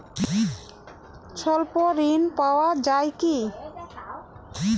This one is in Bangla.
স্বল্প ঋণ পাওয়া য়ায় কি?